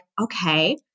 okay